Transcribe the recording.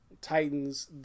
Titans